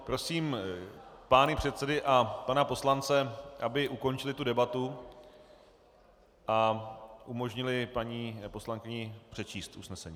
Prosím pány předsedy a pana poslance, aby ukončili tu debatu a umožnili paní poslankyni přečíst usnesení.